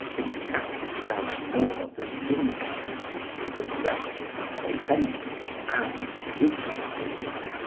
in fact, it does more than linger it is aggressive, offensive, and brutalising.